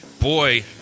Boy